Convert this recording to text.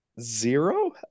zero